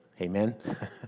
Amen